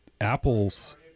Apple's